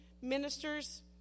ministers